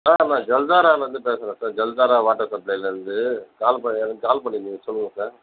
sir நான் ஜல்தாராலேர்ந்து பேசுகிறேன் சார் ஜல்தாரா வாட்டர் சப்ளைலேர்ந்து கால் பண் எனக்கு கால் பண்ணிருந்தீங்க சொல்லுங்கள் சார்